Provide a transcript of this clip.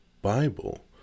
Bible